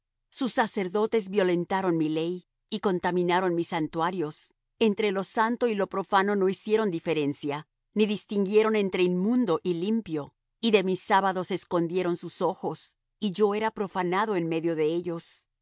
sus sacerdotes violentaron mi ley y contaminaron mis santuarios entre lo santo y lo profano no hicieron diferencia ni distinguieron entre inmundo y limpio y de mis sábados escondieron sus ojos y yo era profanado en medio de ellos